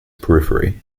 periphery